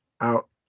out